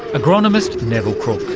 agronomist neville crook.